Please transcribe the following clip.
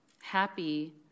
happy